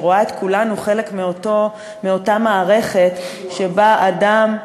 שרואה את כולנו כחלק מאותה מערכת שבה אדם,